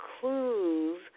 clues